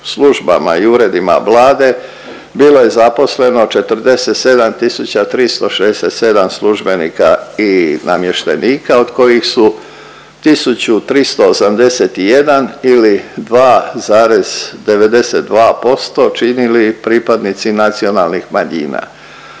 službama i uredima Vlade bilo je zaposleno 47.367 službenika i namještenika od kojih su 1.381 ili 2,92% činili pripadnici nacionalnih manjina.